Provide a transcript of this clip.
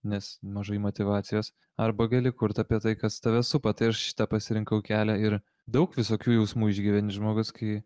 nes mažai motyvacijos arba gali kurt apie tai kas tave supa tai aš šitą pasirinkau kelią ir daug visokių jausmų išgyveni žmogus kai